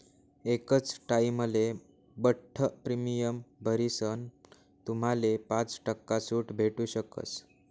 एकच टाइमले बठ्ठ प्रीमियम भरीसन तुम्हाले पाच टक्का सूट भेटू शकस